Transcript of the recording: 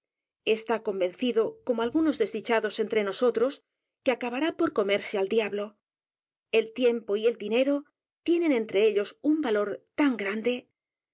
está convencido como algunos desdichados entre nosotros que acabará por comerse al diablo el tiempo y el dinero tienen entre ellos un valor tan g